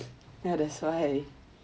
ya that's why